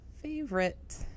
favorite